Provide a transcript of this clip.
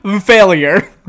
failure